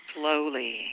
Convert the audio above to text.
slowly